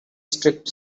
strict